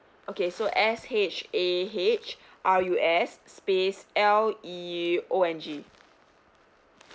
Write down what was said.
okay so S H A H R U S space L E O N G